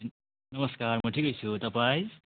नमस्कार म ठिकै छु तपाईँ